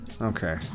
Okay